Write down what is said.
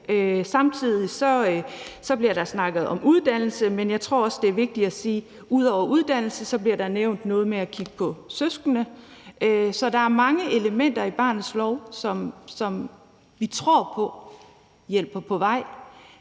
Samtidig bliver der snakket om uddannelse, men jeg tror også, det er vigtigt at sige, at ud over uddannelse bliver der nævnt noget om at kigge på søskende. Så der er mange elementer i barnets lov, som vi tror på hjælper på vej.